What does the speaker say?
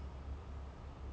which is the house